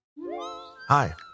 Hi